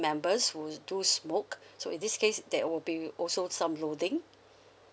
members who do smoke so in this case that would be also some loading